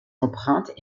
empreintes